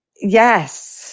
Yes